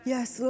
Yes